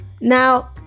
now